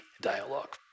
dialogue